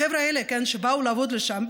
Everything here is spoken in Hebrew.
החבר'ה האלה שבאו לעבוד שם,